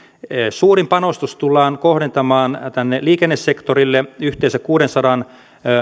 suurin panostus tullaan kohdentamaan liikennesektorille yhteensä kuudensadan